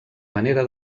manera